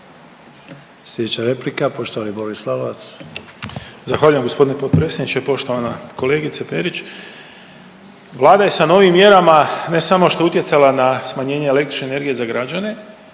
Sljedeća replika poštovani Boris Lalovac. **Lalovac, Boris (SDP)** Zahvaljujem gospodine potpredsjedniče, poštovana kolegice Perić. Vlada je sa novim mjerama ne samo što je utjecala na smanjenje električne energije za građane,